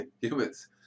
Humans